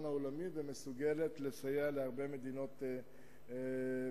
העולמי ומסוגלת לסייע להרבה מדינות בעולם.